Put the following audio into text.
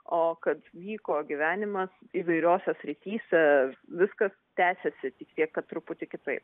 o kad vyko gyvenimas įvairiose srityse viskas tęsiasi tik tiek kad truputį kitaip